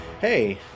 Hey